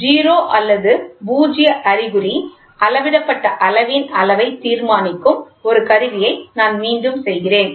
எனவே 0 அல்லது பூஜ்ய அறிகுறி அளவிடப்பட்ட அளவின் அளவை தீர்மானிக்கும் ஒரு கருவியை நான் மீண்டும் செய்கிறேன்